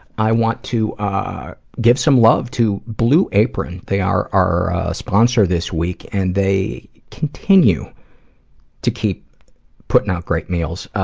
i want to ah give some love to blue apron. they are our sponsor this week and they continue to keep putting out great meals.